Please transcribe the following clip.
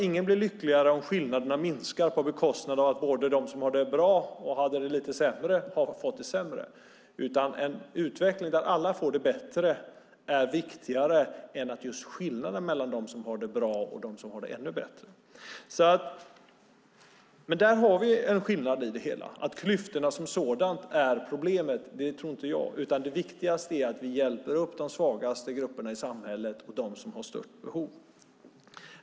Ingen blir lyckligare av att skillnaderna minskar om det innebär att det blir sämre för både dem som har det bra och dem som har det lite sämre. En utveckling där alla får det bättre är viktigare än att skillnaderna minskar mellan dem som har det bra och dem som har det ännu bättre. Där har vi en skillnad i det hela. Att klyftorna som sådana är problemet tror inte jag. Det viktigaste är att vi hjälper upp de svagaste grupperna i samhället och dem som har störst behov.